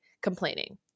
complaining